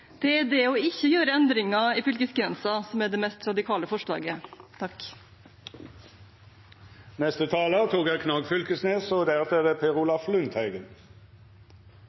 Det er ikke det å gjøre endringer i fylkesgrensene som er det mest radikale forslaget.